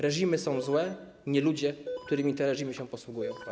Reżimy są złe, nie ludzie, którymi te reżimy się posługują.